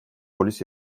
polis